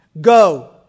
go